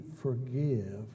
forgive